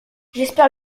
j’espère